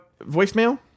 voicemail